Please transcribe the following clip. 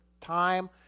time